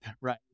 right